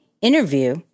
interview